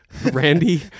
Randy